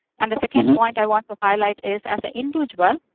and the second point i want to highlight is as an individual.